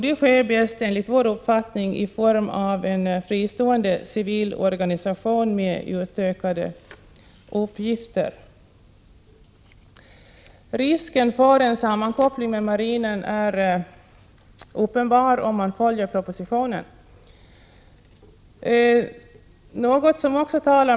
Detta sker enligt vår uppfattning bäst i form av en fristående civil organisation med utökade uppgifter. Om man följer propositionen är risken uppenbar för en sammankoppling med marinen.